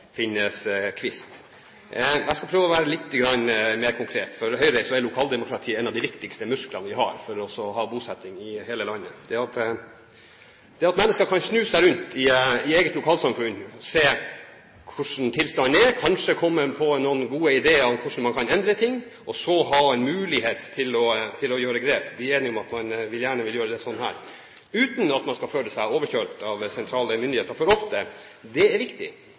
finnes kvist. Jeg skal prøve å være litt mer konkret. For Høyre er lokaldemokratiet en av de viktigste musklene vi har for å ha bosetting i hele landet, at mennesker kan snu seg rundt i eget lokalsamfunn, se hvordan tilstanden er, kanskje komme på noen gode ideer om hvordan man kan endre ting, og så ha mulighet til å gjøre grep, bli enige om at man gjerne vil gjøre det slik her – uten at man skal føle seg overkjørt av sentrale myndigheter for ofte. Det er veldig viktig.